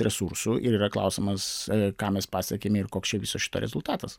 resursų ir yra klausimas ką mes pasiekėme ir koks čia viso šito rezultatas